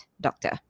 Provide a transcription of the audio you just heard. doctor